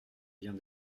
vient